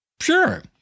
Sure